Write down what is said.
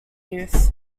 youth